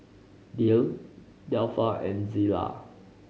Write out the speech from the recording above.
Dayle Delpha and Zela